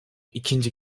ikinci